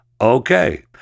Okay